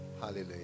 Hallelujah